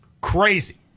Crazy